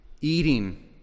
eating